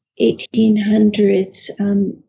1800s